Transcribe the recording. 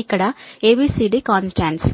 ఇక్కడ A B C D constants